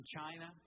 China